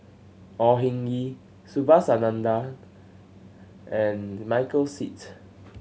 Au Hing Yee Subhas Anandan and Michael Seet